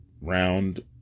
round